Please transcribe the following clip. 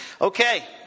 okay